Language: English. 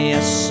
Yes